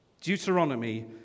Deuteronomy